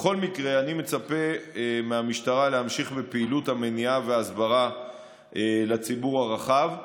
בכל מקרה אני מצפה מהמשטרה להמשיך בפעילות המניעה וההסברה לציבור הרחב.